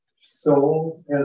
soul